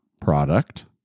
product